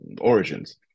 origins